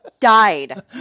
Died